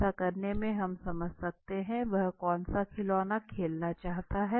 ऐसा करने से हम समझ सकते हैं कि वह कौन सा खिलौना खेलना चाहता है